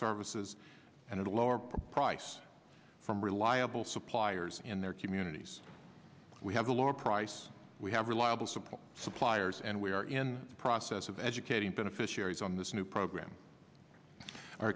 services and at a lower price from reliable suppliers in their communities we have a lower price we have reliable support suppliers and we are in the process of educating beneficiaries on this new program o